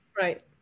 Right